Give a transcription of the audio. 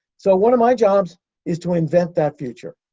so one of my jobs is to invent that future.